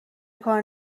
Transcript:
کار